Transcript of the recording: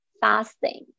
fasting